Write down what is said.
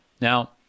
Now